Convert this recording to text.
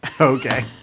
Okay